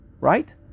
Right